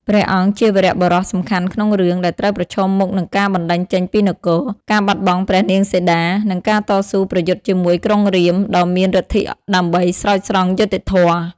ព្រះអង្គជាវីរបុរសសំខាន់ក្នុងរឿង ដែលត្រូវប្រឈមមុខនឹងការបណ្ដេញចេញពីនគរ ការបាត់បង់ព្រះនាងសីតា និងការតស៊ូប្រយុទ្ធជាមួយក្រុងរាពណ៍ដ៏មានឫទ្ធិដើម្បីស្រោចស្រង់យុត្តិធម៌ ។